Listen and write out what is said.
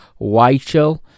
Weichel